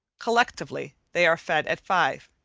collectively they are fed at five.